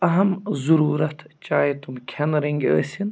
اہم ضٔروٗرتھ چاہے تِم کھٮ۪نہٕ رٔنٛگۍ ٲسِن